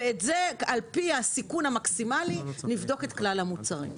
ועל פי הסיכון המקסימלי נבדוק את כלל המוצרים.